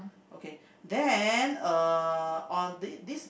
okay then uh on the this